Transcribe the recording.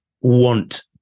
want